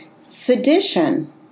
Sedition